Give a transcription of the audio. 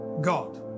God